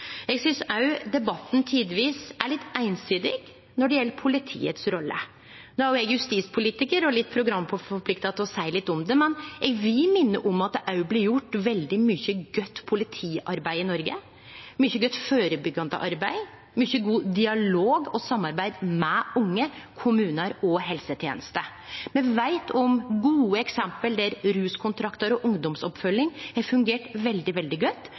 Eg synest også debatten tidvis er litt einsidig når det gjeld politiet si rolle. No er eg justispolitikar og programforplikta til å seie litt om det, men eg vil minne om at det blir gjort veldig mykje godt politiarbeid i Noreg, mykje godt førebyggande arbeid, mykje god dialog og samarbeid med unge, kommunar og helseteneste. Me veit om gode eksempel der ruskontraktar og ungdomsoppfølging har fungert veldig, veldig godt,